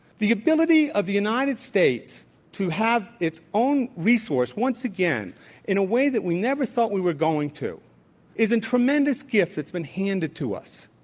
the ability of the united states to have its own resource once again in a way that we never thought we were going to is a tremendous gift that's been handed to us,